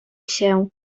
się